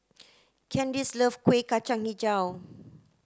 Candis love Kueh Kacang Hijau